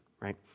right